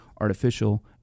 artificial